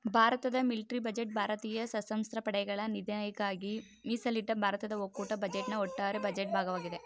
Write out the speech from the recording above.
ಭಾರತದ military budget ಭಾರತೀಯ ಸಶಸ್ತ್ರ ಪಡೆಗಳ ನಿಧಿಗಾಗಿ ಮೀಸಲಿಟ್ಟ ಭಾರತದ ಒಕ್ಕೂಟ ಬಜೆಟ್ನ ಒಟ್ಟಾರೆ ಬಜೆಟ್ ಭಾಗವಾಗಿದೆ